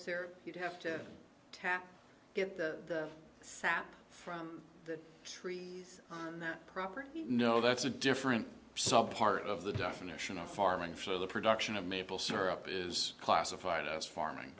e you have to tap the sap from the tree on their property you know that's a different sub par of the definition of farming for the production of maple syrup is classified as farming